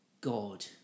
God